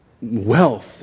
wealth